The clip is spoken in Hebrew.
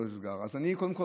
קודם כול,